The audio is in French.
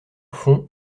fond